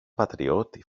πατριώτη